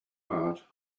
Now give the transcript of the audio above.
heart